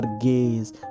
gaze